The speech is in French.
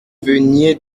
veniez